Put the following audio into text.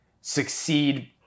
succeed